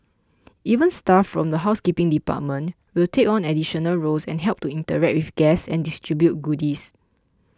even staff from the housekeeping department will take on additional roles and help to interact with guests and distribute goodies